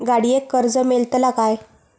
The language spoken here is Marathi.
गाडयेक कर्ज मेलतला काय?